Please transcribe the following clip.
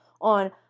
on